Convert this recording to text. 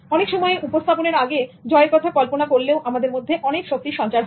অনেক সময় উপস্থাপনের আগে জয়ের কথা কল্পনা করলেও আমাদের মধ্যে অনেক শক্তির সঞ্চার হয়